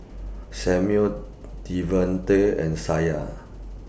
Samual Devante and Shayne